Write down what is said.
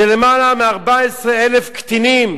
שלמעלה מ-14,000 קטינים